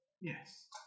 Yes